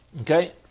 okay